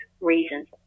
reasons